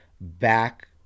back